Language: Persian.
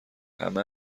همه